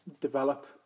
develop